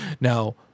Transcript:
Now